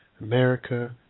America